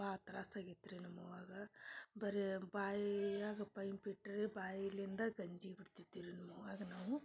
ಭಾಳ ತ್ರಾಸಾಗೈತ್ರಿ ನಮ್ಮವ್ವಾಗ ಬರೇ ಬಾಯಿಯಾಗ ಪೈಪ್ ಇಟ್ರಿ ಬಾಯಿಲಿಂದ ಗಂಜಿ ಬಿಡ್ತಿದ್ದ ರೀ ನಮ್ಮವ್ವಾಗ ನಾವು